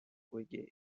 kuigi